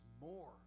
more